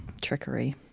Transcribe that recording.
trickery